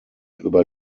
über